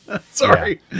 sorry